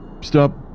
stop